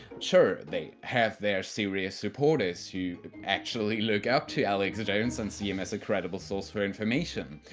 sure, they have their serious supporters who actually look up to alex jones and see him as a credible source for information,